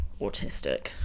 autistic